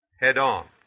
head-on